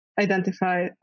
identify